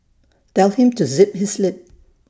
tell him to zip his lip